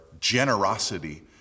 generosity